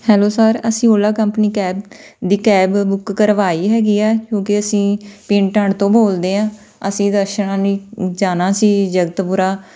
hello sir ਅਸੀਂ Ola company cab ਦੀ cab book ਕਰਵਾਈ ਹੈਗੀ ਆ ਕਿਉਂਕਿ ਅਸੀਂ ਪਿੰਡ ਠਣ ਤੋਂ ਬੋਲਦੇ ਹਾਂ ਅਸੀਂ ਦਰਸ਼ਨਾਂ ਲਈ ਜਾਣਾ ਸੀ ਜਗਤਪੁਰਾ